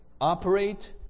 operate